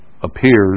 appears